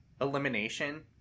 elimination